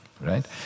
right